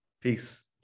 Peace